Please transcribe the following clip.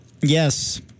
Yes